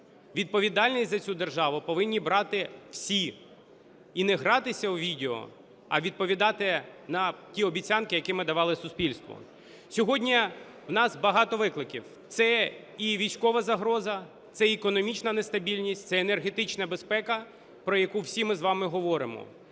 Відповідальність за цю державу повинні брати всі, і не гратися у відео, а відповідати на ті обіцянки, які ми давали суспільству. Сьогодні у нас багато викликів: це і військова загроза, це економічна нестабільність, це енергетична безпека, про яку всі ми з вами говоримо,